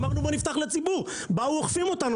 אמרנו "בואו נפתח לציבור" - באו ואוכפים אותנו,